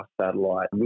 satellite